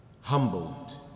Humbled